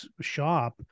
shop